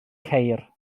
ceir